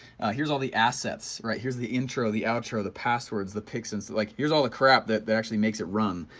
here's all the assets, right here's the intro, the outro, the passwords, the pics and like here's all the crap that that actually makes it run,